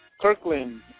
Kirkland